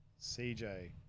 CJ